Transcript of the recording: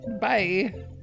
bye